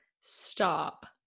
Stop